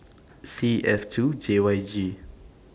C F two J Y G